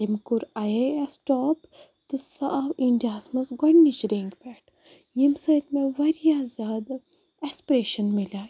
تٔمۍ کوٚر I A S top تہٕ سُہ آو اِنڈیاہَس منٛز گۄڈنِچ رینٛکہِ پٮ۪ٹھ ییٚمہِ سۭتۍ مےٚ وارِیاہ زیادٕ ایسپریشَن مِلے